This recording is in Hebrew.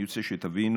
אני רוצה שתבינו